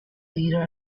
leader